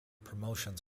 promotions